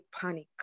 panic